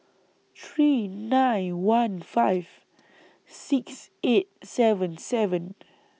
three nine one five six eight seven seven